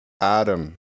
Adam